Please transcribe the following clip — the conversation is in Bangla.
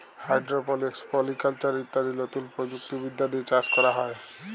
হাইড্রপলিক্স, পলি কালচার ইত্যাদি লতুন প্রযুক্তি বিদ্যা দিয়ে চাষ ক্যরা হ্যয়